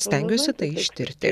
stengiuosi tai ištirti